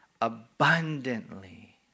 abundantly